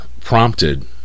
prompted